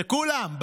כולם,